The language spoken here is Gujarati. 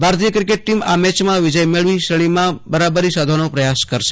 ભારતીય ક્રિકેટ ટીમ આ મેચમાં વિજય મેળવી શ્રેણીમાં બરાબરી સાધવાનો પ્રયાસ કરશે